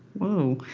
whoa,